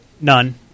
None